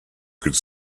could